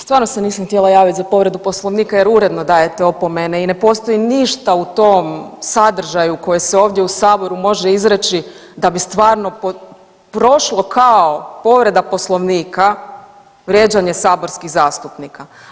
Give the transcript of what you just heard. Stvarno se nisam htjela javiti za povredu Poslovnika jer uredno dajete opomene i ne postoji ništa u tom sadržaju koji se ovdje u Saboru može izreći da bi stvarno prošlo kao povreda Poslovnika vrijeđanje saborskih zastupnika.